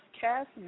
cast